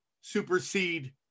supersede